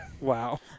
Wow